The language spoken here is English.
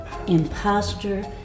Imposter